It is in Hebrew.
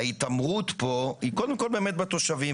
ההתעמרות פה היא קודם כל בתושבים.